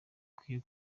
ikwiye